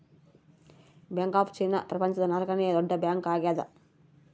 bank of China ಪ್ರಪಂಚದ ನಾಲ್ಕನೆ ದೊಡ್ಡ ಬ್ಯಾಂಕ್ ಆಗ್ಯದ